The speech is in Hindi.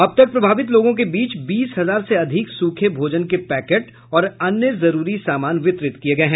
अब तक प्रभावित लोगों के बीच बीस हजार से अधिक सूखे भोजन के पैकेट और अन्य जरूरी सामान वितरित किये गये हैं